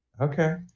Okay